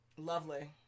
lovely